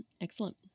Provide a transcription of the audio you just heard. excellent